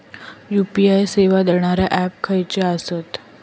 UPI सेवा देणारे app खयचे आसत?